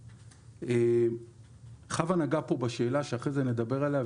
חוה נגעה בשאלה שאחר כך נדבר עליה,